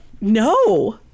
no